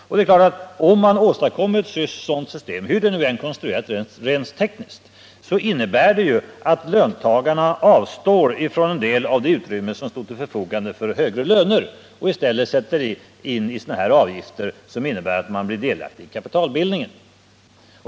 Och om man åstadkommer ett sådant system, hur det än konstrueras rent tekniskt, så är det klart att det innebär att löntagarna avstår från en del av det utrymme som står till förfogande för högre löner och i stället t.ex. betalar något slags avgifter genom vilka de blir delaktiga i kapitalbildningen.